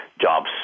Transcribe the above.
jobs